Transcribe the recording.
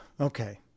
okay